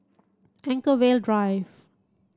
Anchorvale Drive